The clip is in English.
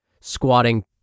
squatting